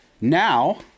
Now